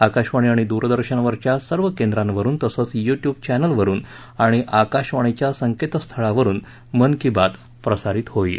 आकाशवाणी आणि दूरदर्शनवरच्या सर्व केंद्रांवरून तसंच यूट्यूब चॅनलवरुन आणि आकाशवाणीच्या संकेत स्थळावरुन मन की बात प्रसारित होईल